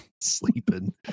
Sleeping